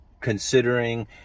considering